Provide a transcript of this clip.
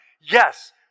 Yes